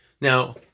Now